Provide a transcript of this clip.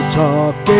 talk